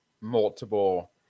multiple